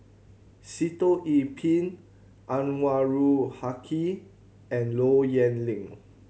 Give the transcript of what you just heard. Sitoh Yih Pin Anwarul Haque and Low Yen Ling